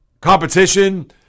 Competition